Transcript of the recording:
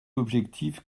objectif